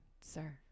Sir